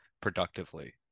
productively